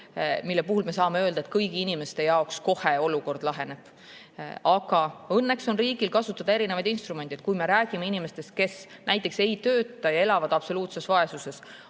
mille kohta me saame öelda, et kõigi inimeste jaoks kohe olukord laheneb. Õnneks on riigil kasutada erinevad instrumendid. Kui me räägime inimestest, kes ei tööta ja elavad absoluutses vaesuses